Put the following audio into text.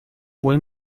buen